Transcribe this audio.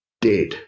dead